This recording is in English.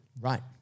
Right